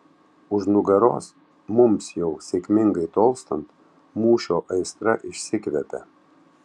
už nugaros mums jau sėkmingai tolstant mūšio aistra išsikvepia